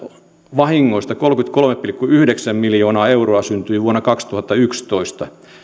vahingoista kolmekymmentäkolme pilkku yhdeksän miljoonaa euroa syntyi vuonna kaksituhattayksitoista